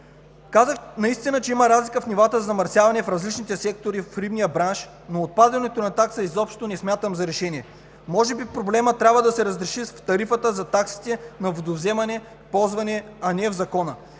Казах, че има разлика в нивата на замърсяване в различните сектори в рибния бранш, но отпадането изобщо на такса, не смятам за решение. Може би проблемът трябва да се разреши с тарифата за таксите на водовземане, за ползване, а не в Закона.